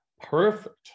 perfect